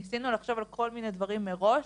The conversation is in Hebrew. ניסינו לחשוב על כל מיני דברים מראש,